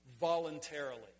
voluntarily